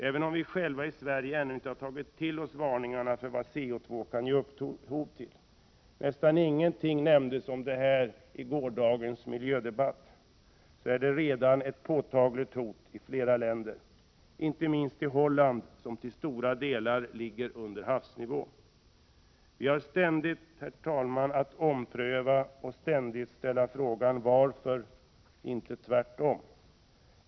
Även om vi i Sverige själva ännu inte har tagit till oss varningarna för vad koldioxid kan ge upphov till — och detta omnämndes verkligen inte mycket i gårdagens miljödebatt — kan det konstateras att det här redan är ett påtagligt hot i flera länder. Det gäller inte minst Holland, som till stora delar ligger under havsnivån. Vi har ständigt att ompröva och ställa frågan: Varför inte tvärtom?